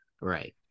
Right